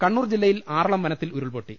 കണ്ണൂർ ജില്ലയിൽ ആറളം വനത്തിൽ ഉരുൾപൊട്ടി